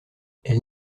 elle